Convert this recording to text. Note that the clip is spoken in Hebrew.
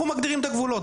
אנחנו מגדירים את הגבולות.